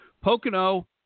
Pocono